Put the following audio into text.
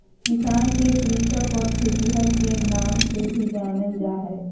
किसान के कृषक और खेतिहर के नाम से भी जानल जा हइ